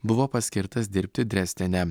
buvo paskirtas dirbti drezdene